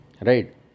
right